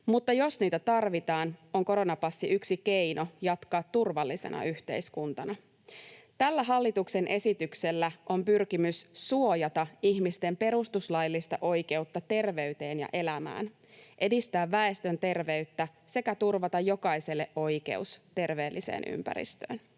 mutta jos niitä tarvitaan, on koronapassi yksi keino jatkaa turvallisena yhteiskuntana. Tällä hallituksen esityksellä on pyrkimys suojata ihmisten perustuslaillista oikeutta terveyteen ja elämään, edistää väestön terveyttä sekä turvata jokaiselle oikeus terveelliseen ympäristöön.